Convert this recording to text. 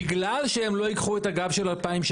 בגלל שהם לא ייקחו את הגב של 2016,